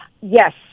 Yes